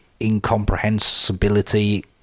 incomprehensibility